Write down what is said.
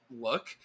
look